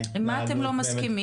עם מה אתם לא מסכימים?